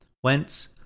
Whence